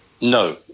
No